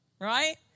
Right